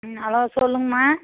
hello சொல்லுங்கம்மா